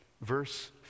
Verse